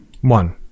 one